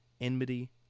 enmity